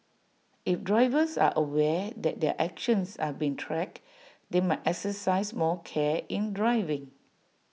if drivers are aware that their actions are being tracked they might exercise more care in driving